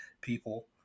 people